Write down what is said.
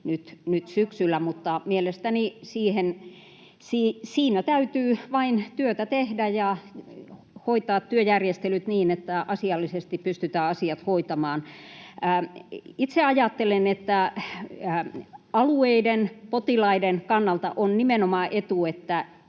nyt syksyllä. Mutta mielestäni täytyy vain työtä tehdä ja hoitaa työjärjestelyt niin, että asiallisesti pystytään asiat hoitamaan. Itse ajattelen, että alueiden, potilaiden kannalta on nimenomaan etu,